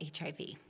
HIV